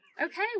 Okay